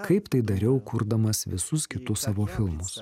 kaip tai dariau kurdamas visus kitus savo filmus